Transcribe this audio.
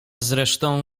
zresztą